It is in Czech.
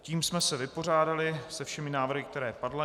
Tím jsme se vypořádali se všemi návrhy, které padly.